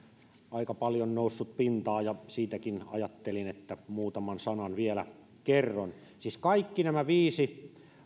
aika paljon noussut pintaan ja ajattelin että siitäkin muutaman sanan vielä kerron siis kaikki nämä viisi